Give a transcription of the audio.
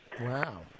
Wow